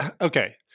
okay